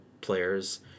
players